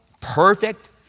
perfect